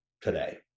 today